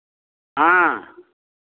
हाँ